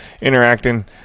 interacting